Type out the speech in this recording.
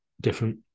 different